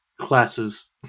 classes